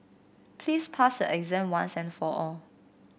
please pass your exam once and for all